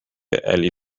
علی